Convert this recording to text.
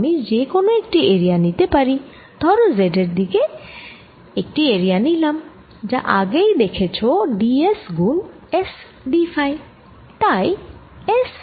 তাই আমি যে কোন একটি এরিয়া নিতে পারি ধরো Z এর দিকে একটি এরিয়া নিলাম যা আগেই দেখেছ d s গুণ S d ফাই